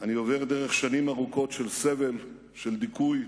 אני עובר דרך שנים ארוכות של סבל, של דיכוי,